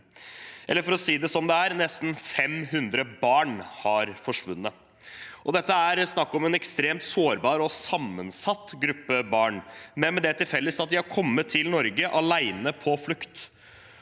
Eller for å si det som det er: Nesten 500 barn har forsvunnet. Det er snakk om en ekstremt sårbar og sammensatt gruppe barn, men med det til felles at de har kommet til Norge alene på flukt